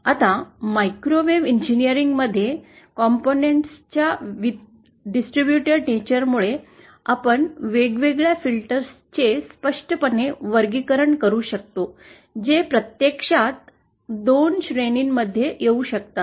आता microwave engineering मध्ये घटकां च्या वितरित स्वरूपा मुळे आपण वेगवेगळ्या फिल्टर्सचे स्पष्टपणे वर्गीकरण करू शकतो जे प्रत्यक्षात 2 श्रेणींमध्ये येऊ शकतात